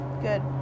Good